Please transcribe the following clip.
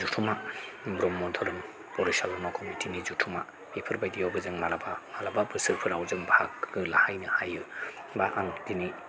जथुमा ब्रह्म धोरोम कमिटिनि जथुमा बेफोरबायदियावबो जों मालाबा मालाबा बोसोरफोराव जों बाहागो लाहैनो हायो एबा आं दिनै